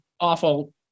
awful